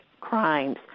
crimes